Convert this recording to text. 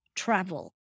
travel